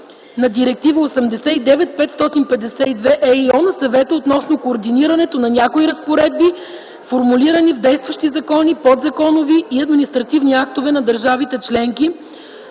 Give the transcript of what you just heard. на Директива 89/552/ЕИО на Съвета, относно координирането на някои разпоредби, формулирани в действащи закони, подзаконови и административни актове на държавите членки,